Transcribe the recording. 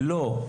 לא.